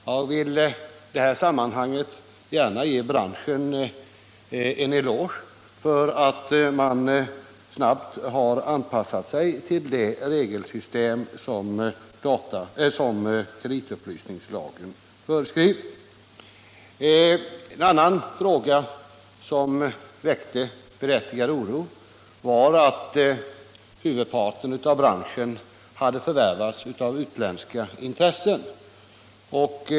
Jag vill i detta sammanhang gärna ge de i branschen verksamma en eloge för att de snabbt anpassat sig till det regelsystem som kreditupplysningslagen föreskriver. En annan fråga som väckte berättigad oro var att huvudparten av branschens företag hade förvärvats av utländska intressen.